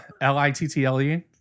l-i-t-t-l-e